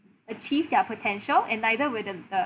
achieve their potential and neither with th~ the